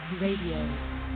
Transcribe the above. Radio